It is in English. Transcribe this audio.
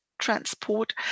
transport